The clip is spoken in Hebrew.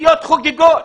הכנופיות חוגגות.